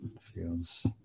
feels